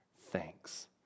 thanks